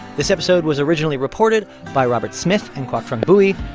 this episode was originally reported by robert smith and quoctrung bui.